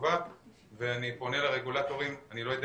חשובה ואני פונה לרגולטורים, אני לא יודע